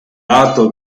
lato